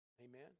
Amen